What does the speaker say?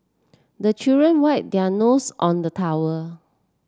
the children wipe their nose on the towel